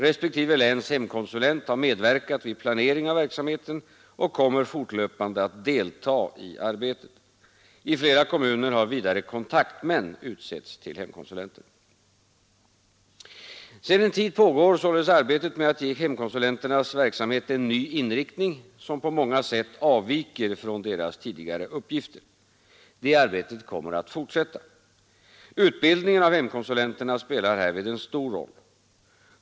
Respektive läns hemkonsulent har medverkat vid planering av verksamheten och kommer fortlöpande att delta i arbetet. I flera kommuner har vidare kontaktmän utsetts till hemkonsulenter. Sedan en tid pågår således arbetet med att ge hemkonsulenternas verksamhet en ny inriktning, som på många sätt avviker från deras tidigare uppgifter. Detta arbete kommer att fortsätta. Utbildningen av hemkonsulenterna spelar härvid en stor roll.